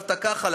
חשבת ככה,